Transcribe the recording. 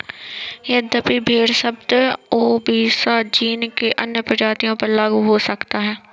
यद्यपि भेड़ शब्द ओविसा जीन में अन्य प्रजातियों पर लागू हो सकता है